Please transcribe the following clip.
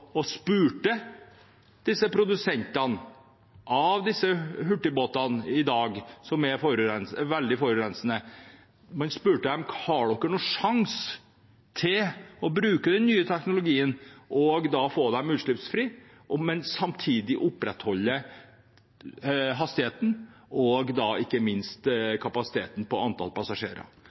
og spurte produsentene av disse veldig forurensende hurtigbåtene: «Har dere noen kjangs til å bruke den nye teknologien og få dem utslippsfrie, men samtidig opprettholde hastigheten og ikke minst kapasiteten med hensyn til antall passasjerer?»